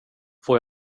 får